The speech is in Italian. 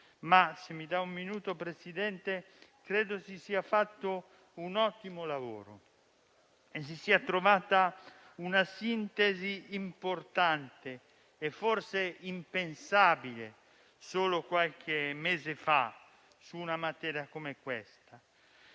e l'efficacia della riforma. Credo si sia fatto un ottimo lavoro e si sia trovata una sintesi importante, forse impensabile solo qualche mese fa, su una materia come questa.